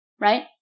right